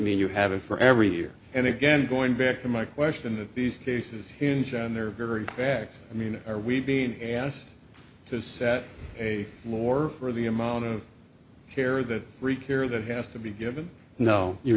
mean you have it for every year and again going back to my question that these cases hinge on their very practices i mean are we being asked to set a floor for the amount of care that require that has to be given no you're